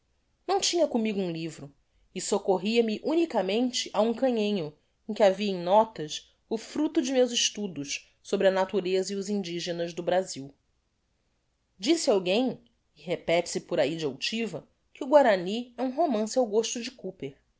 não tinha comigo um livro e soccorria me unicamente á um canhenho em que havia em notas o fructo de meus estudos sobre a natureza e os indigenas do brasil disse alguem e repete se por ahi de outiva que o guarany é um romance ao gosto de